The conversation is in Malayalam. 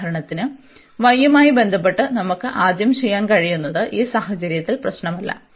ഉദാഹരണത്തിന് y യുമായി ബന്ധപ്പെട്ട് നമുക്ക് ആദ്യം ചെയ്യാൻ കഴിയുന്നത് ഈ സാഹചര്യത്തിൽ പ്രശ്നമല്ല